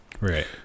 right